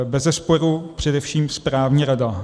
Bezesporu především správní rada.